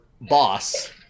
boss